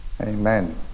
Amen